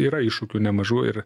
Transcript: yra iššūkių nemažų ir